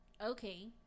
Okay